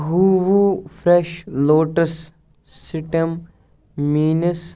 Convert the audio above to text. حوٗووٗ fresh lotus stem میٛٲنِس